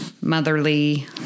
motherly